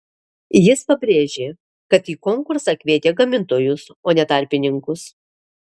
jis pabrėžė kad į konkursą kvietė gamintojus o ne tarpininkus